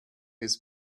his